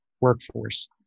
workforce